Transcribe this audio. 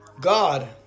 God